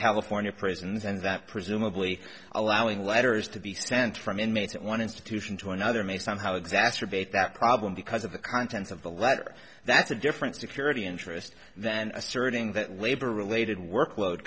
california prisons and that presumably allowing letters to be sent from inmates at one institution to another may somehow exacerbate that problem because of the contents of the letter that's a different security interest than asserting that labor related workload